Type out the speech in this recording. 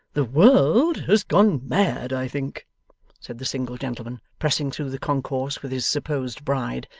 the world has gone mad, i think said the single gentleman, pressing through the concourse with his supposed bride.